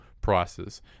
prices